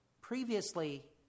previously